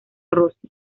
rossi